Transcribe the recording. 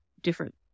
different